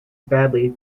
badly